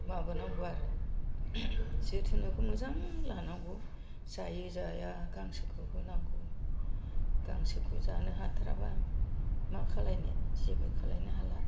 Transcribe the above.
माबा नांगौ आरो जोथोनखौ मोजां लानांगौ जायो जाया गांसोखौ होनांगौ गांसोखौ जानो हाथाराबा मा खालायनो जेबो खालायनो हाला